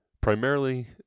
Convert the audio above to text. primarily